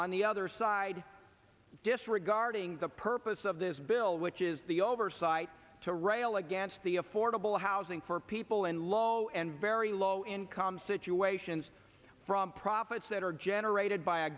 on the other side disregarding the purpose of this bill which is the oversight to rail against the affordable housing for people in low and very low income situations from profits that are generated by a